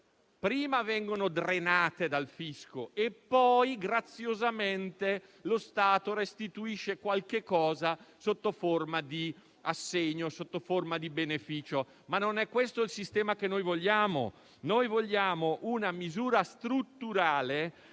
prima vengono drenate dal fisco e poi, graziosamente, lo Stato restituisce qualche cosa sotto forma di assegno, sotto forma di beneficio. Ma non è questo il sistema che noi vogliamo. Noi vogliamo una misura strutturale,